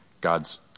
God's